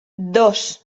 dos